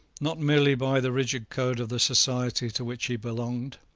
not merely by the rigid code of the society to which he belonged,